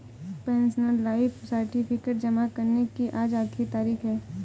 pensioner life certificate जमा करने की आज आखिरी तारीख है